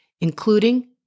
including